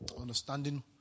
Understanding